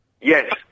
Yes